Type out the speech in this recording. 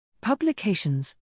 Publications